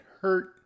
hurt